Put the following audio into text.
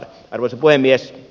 arvoisa puhemies